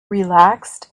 relaxed